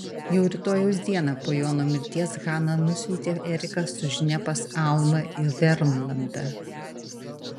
jau rytojaus dieną po jono mirties hana nusiuntė eriką su žinia pas almą į vermlandą